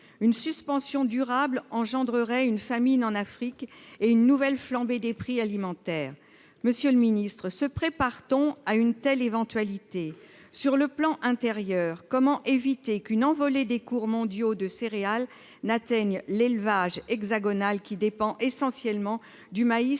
une suspension durable engendrerait une famine en Afrique et une nouvelle flambée des prix alimentaires, monsieur le Ministre se prépare-t-on à une telle éventualité, sur le plan intérieur comment éviter qu'une envolée des cours mondiaux de céréales n'atteigne l'élevage hexagonale qui dépend essentiellement du maïs